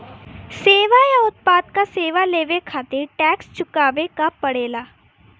सेवा या उत्पाद क सेवा लेवे खातिर टैक्स चुकावे क पड़ेला